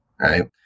right